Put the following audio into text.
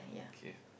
okay